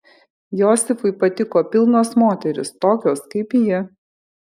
josifui patiko pilnos moterys tokios kaip ji